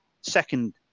second